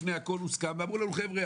לפני הכול זה הוסכם ואמרו לנו: חבר'ה,